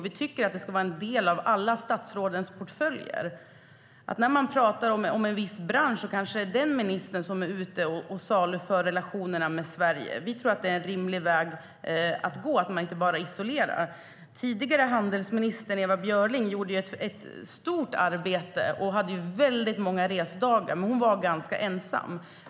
Vi tycker därför att den ska vara en del av alla statsrådens portföljer. När man pratar om en viss bransch kanske ministern som är ute kan saluföra relationerna med Sverige. Vi tror att det är en rimlig väg att gå, att inte bara isolera frågan. Tidigare handelsministern, Ewa Björling, gjorde ett stort arbete och hade väldigt många resdagar. Men hon var ganska ensam.